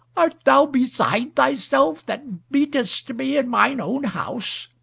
art thou beside thyself, that beatest me in mine own house?